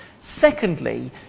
Secondly